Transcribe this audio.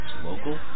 local